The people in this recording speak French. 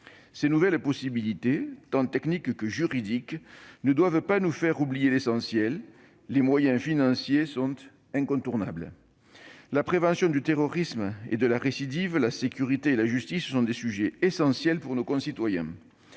Ces nouvelles possibilités tant techniques que juridiques ne doivent pas nous faire oublier l'essentiel : les moyens financiers sont incontournables. La prévention du terrorisme et de la récidive, la sécurité et la justice sont des sujets essentiels pour nos concitoyens.